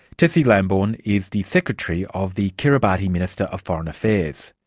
tessie lambourne is the secretary of the kiribati ministry of foreign affairs.